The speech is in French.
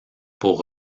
pour